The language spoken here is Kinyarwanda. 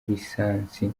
lisansi